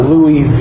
Louis